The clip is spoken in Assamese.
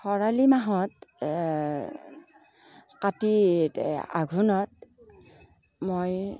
খৰালি মাহত কাতিত আঘোণত মই